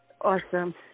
Awesome